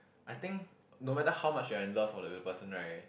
I think no matter how much you're in love for the person right